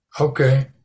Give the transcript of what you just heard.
Okay